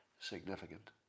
significant